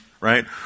right